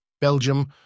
Belgium